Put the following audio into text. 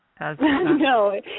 No